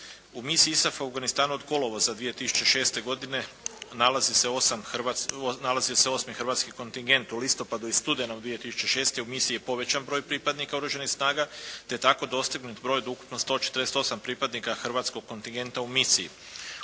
U misiji ISAF-a u Afganistanu od kolovoza 2006. godine nalazi se 8, nalazi se 8. hrvatski kontingent u listopadu i studenom 2006. U misiji je povećan broj pripadnika oružanih snaga te je tako dostignut broj od ukupno 148 pripadnika hrvatskog kontingenta u misiji.